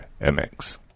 MX